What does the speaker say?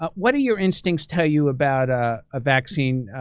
ah what do your instincts tell you about a ah vaccine